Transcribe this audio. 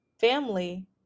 family